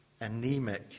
anemic